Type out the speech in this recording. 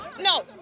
No